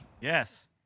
yes